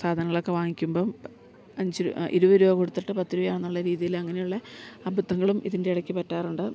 സാധനങ്ങളൊക്കെ വാങ്ങിക്കുമ്പം അഞ്ച് ഇരുപത് രൂപ കൊടുത്തിട്ട് പത്ത് രൂപയാണെന്നുള്ള രീതിയിൽ അങ്ങനെയുള്ള അബദ്ധങ്ങളും ഇതിൻ്റെ ഇടയ്ക്ക് പറ്റാറുണ്ട്